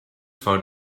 for